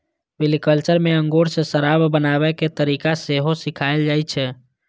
viticulture मे अंगूर सं शराब बनाबै के तरीका सेहो सिखाएल जाइ छै